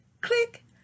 click